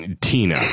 Tina